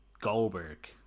Goldberg